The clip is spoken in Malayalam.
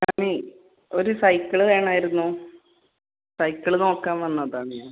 ഞാന് ഒര് സൈക്കിള് വേണമായിരുന്നു സൈക്കിള് നോക്കാൻ വന്നതാണ് ഞാൻ